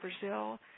Brazil